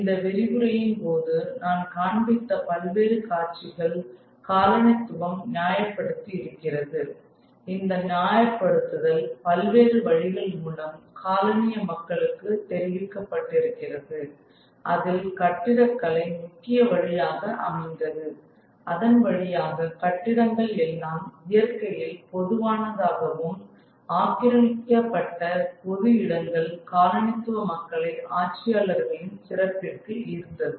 இந்த விரிவுரையின் போது நான் காண்பித்த பல்வேறு காட்சிகள் ஒரு காலனித்துவம் நியாயப்படுத்தி இருக்கிறது இந்த நியாயப்படுத்துதல் பல்வேறு வழிகள் மூலம் காலனிய மக்களுக்கு தெரிவிக்கப்பட்டிருக்கிறது அதில் கட்டிடக்கலை முக்கிய வழியாக அமைந்தது அதன் வழியாக கட்டிடங்கள் எல்லாம் இயற்கையில் பொதுவானதாகவும் ஆக்கிரமிக்கப்பட்ட பொது இடங்கள் காலனித்துவ மக்களை ஆட்சியாளர்களின் சிறப்பிற்கு ஈர்த்தது